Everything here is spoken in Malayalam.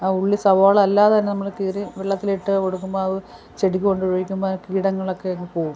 ആ ഉള്ളി സവോള അല്ലാതന്നെ നമ്മൾ കീറി വെള്ളത്തിലിട്ട് കൊടുക്കുമ്പോൾ ചെടിക്ക് കൊണ്ടൊഴിക്കുമ്പോൾ അത് കീടങ്ങളൊക്കെ അങ്ങ് പോകും